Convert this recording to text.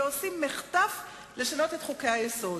ועושים מחטף לשנות את חוקי-היסוד.